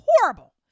horrible